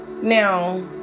Now